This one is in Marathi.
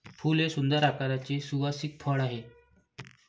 फूल हे सुंदर आकाराचे सुवासिक फळ आहे